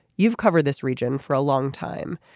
you've covered this region for a long time.